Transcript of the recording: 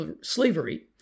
slavery